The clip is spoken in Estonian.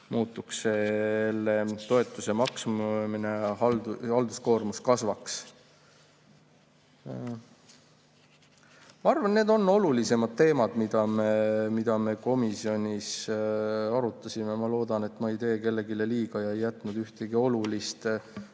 muutuks selle toetuse maksmine, halduskoormus kasvaks. Ma arvan, need on olulisemad teemad, mida me komisjonis arutasime. Ma loodan, et ma ei tee kellelegi liiga ega jätnud ühtegi olulist